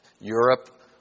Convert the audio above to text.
Europe